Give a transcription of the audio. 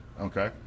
okay